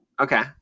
Okay